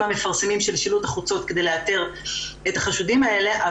המפרסמים של שילוט החוצות כדי לאתר את החשודים האלה,